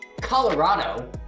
Colorado